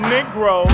Negro